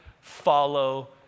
follow